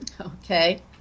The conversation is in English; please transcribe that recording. Okay